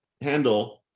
handle